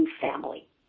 family